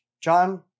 John